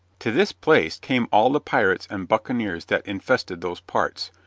to this place came all the pirates and buccaneers that infested those parts,